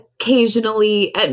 occasionally